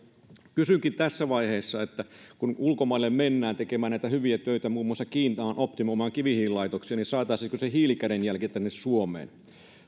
kysynkin tässä vaiheessa että kun ulkomaille mennään tekemään näitä hyviä töitä muun muassa kiinaan optimoimaan kivihiililaitoksia niin saataisiinko se hiilikädenjälki tänne suomeen